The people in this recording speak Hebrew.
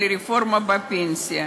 על רפורמה בפנסיה,